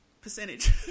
Percentage